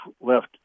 left